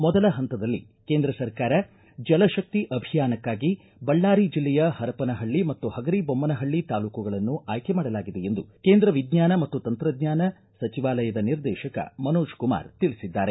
ಮೊದಲ ಹಂತದಲ್ಲಿ ಕೇಂದ್ರ ಸರ್ಕಾರ ಜಲಶಕ್ತಿ ಅಭಿಯಾನಕ್ಕಾಗಿ ಬಳ್ಳಾರಿ ಜಿಲ್ಲೆಯ ಹರಪನಹಳ್ಳ ಮತ್ತು ಹಗರಿ ಬೊಮ್ಮನಹಳ್ಳಿ ತಾಲೂಕುಗಳನ್ನು ಆಯ್ಕೆ ಮಾಡಲಾಗಿದೆ ಎಂದು ಕೇಂದ್ರ ವಿಜ್ಞಾನ ಮತ್ತು ತಂತ್ರಜ್ಞಾನ ಸಚಿವಾಲಯದ ನಿರ್ದೇಶಕ ಮನೋಜ್ ಕುಮಾರ್ ತಿಳಿಸಿದ್ದಾರೆ